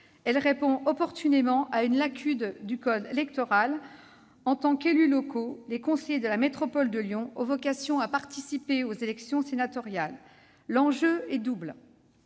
Elle comble opportunément une lacune du code électoral : en tant qu'élus locaux, les conseillers de la métropole de Lyon ont vocation à participer aux élections sénatoriales. L'enjeu est double